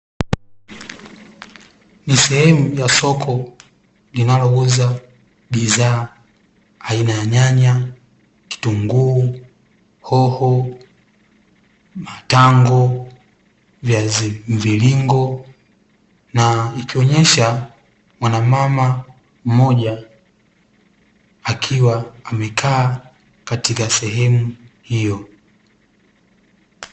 Ni sehemu ya soko, linalouza bidhaa aina ya nyanya, kitunguu, hoho, matango, viazi mviringo na ikionyesha mwanamama mmoja, akiwa amekaa katika sehemu hiyo.